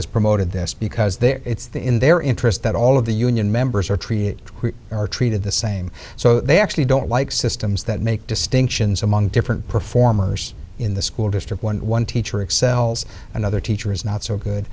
is promoted this because they're it's the in their interest that all of the union members are treated or treated the same so they actually don't like systems that make distinctions among different performers in the school district when one teacher excels another teacher is not so good